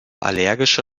allergische